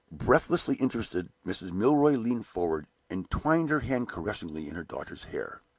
breathlessly interested, mrs. milroy leaned forward, and twined her hand caressingly in her daughter's hair.